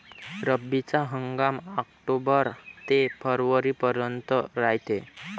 रब्बीचा हंगाम आक्टोबर ते फरवरीपर्यंत रायते